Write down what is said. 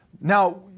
Now